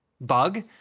bug